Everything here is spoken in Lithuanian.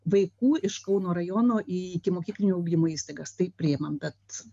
vaikų iš kauno rajono į ikimokyklinio ugdymo įstaigas tai priimam bet